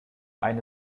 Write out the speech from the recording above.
eine